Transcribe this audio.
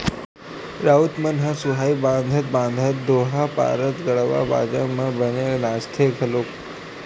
राउत मन ह सुहाई बंधात बंधात दोहा पारत गड़वा बाजा म बने नाचथे घलोक